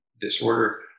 disorder